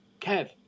Kev